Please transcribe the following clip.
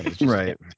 right